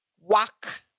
work